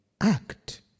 act